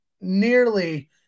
nearly